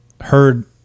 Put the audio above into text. heard